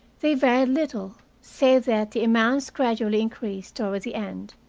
they varied little, save that the amounts gradually increased toward the end,